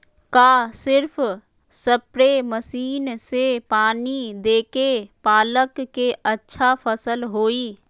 का सिर्फ spray machine से पानी देके पालक के अच्छा फसल होई?